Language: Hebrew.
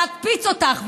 להקפיץ אותך,